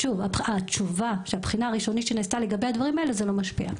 שוב התשובה שהבחינה הראשונית שנעשתה לגבי הדברים האלה זה לא משפיע,